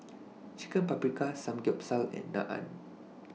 Chicken Paprikas Samgeyopsal and Naan